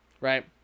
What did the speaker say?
right